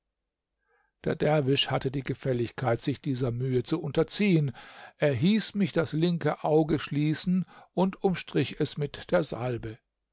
der derwisch hatte die gefälligkeit sich dieser mühe zu unterziehen er hieß mich das linke auge schließen und umstrich es mit der salbe